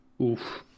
Oof